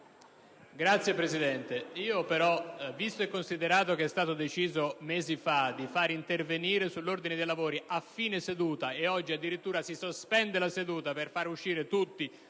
Signor Presidente, visto e considerato che è stato deciso mesi fa di far svolgere gli interventi sull'ordine dei lavori a fine seduta e oggi addirittura si sospende la seduta per far uscire tutti,